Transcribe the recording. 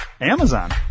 Amazon